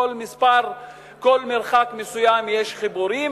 כל מרחק מסוים יש חיבורים,